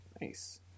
Nice